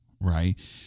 right